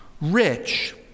rich